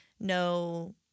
no